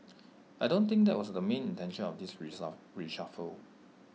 I don't think that was the main intention of this reshuffle